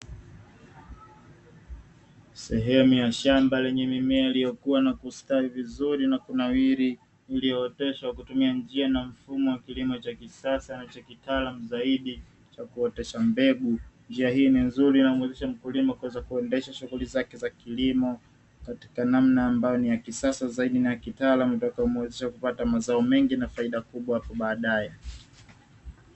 Sehemu ya shamba lenye mimea iliyokuwa na kustawi vizuri na kunawiri iliyooteshwa kutumia njia na mfumo wa kilimo cha kisasa na cha kitaalam zaidi cha kuotesha mbegu. Njia hii ni nzuri na mkulima kuweza kuendesha shughuli zake za kilimo katika namna ambayo ni ya kisasa zaidi na kitaalamu itakayomwezesha kupata mazao mengi na faida kubwa hapo baadaye.